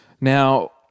Now